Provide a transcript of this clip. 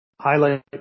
highlight